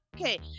Okay